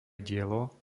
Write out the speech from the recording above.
dielo